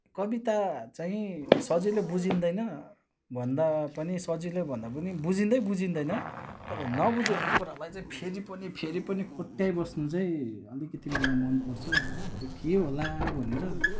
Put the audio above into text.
कविता चाहिँ सजिलो बुझिँदैन भन्दा पनि सजिलो भन्दा पनि बुझिँदै बुझिँदैन तर नबुझेको कुरालाई चाहिँ फेरि पनि फेरि पनि कोट्याइ बस्नु चाहिँ अलिकति मलाई मनपर्छ त्यो के होला भनेर